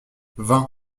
vingt